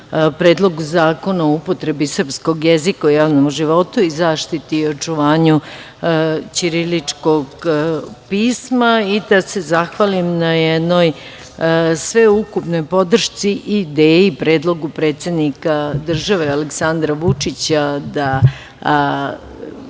Predlogu zakona o upotrebi srpskog jezika u javnom životu i zaštiti i očuvanju ćiriličkog pisma, i da se zahvalim na jednoj sveukupnoj podršci i ideji predlogu predsednika države, Aleksandra Vučića da